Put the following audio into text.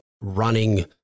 running